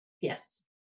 yes